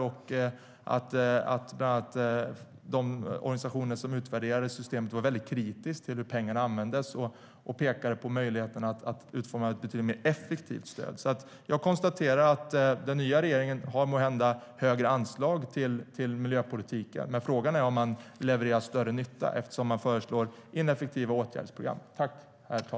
Vi vet också att de organisationer som utvärderade systemet var väldigt kritiska till hur pengarna användes och pekade på möjligheterna att utforma ett betydligt mer effektivt stöd.